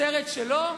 בסרט שלו,